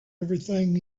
everything